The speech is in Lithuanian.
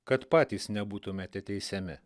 kad patys nebūtumėte teisiami